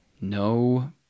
no